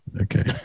Okay